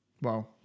Wow